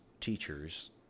teachers